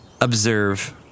Observe